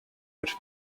which